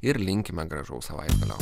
ir linkime gražaus savaitgalio